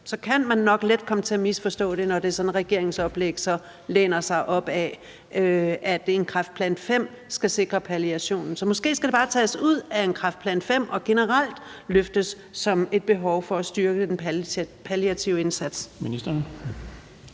så kan man nok let komme til at misforstå det, når regeringens oplæg så læner sig op ad, at kræftplan V skal sikre palliationen. Så måske skal det bare tages ud af kræftplan V og generelt løftes som et behov for at styrke den palliative indsats.